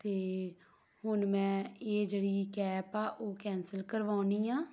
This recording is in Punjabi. ਅਤੇ ਹੁਣ ਮੈਂ ਇਹ ਜਿਹੜੀ ਕੈਪ ਆ ਉਹ ਕੈਂਸਲ ਕਰਵਾਉਣੀ ਆ